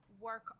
work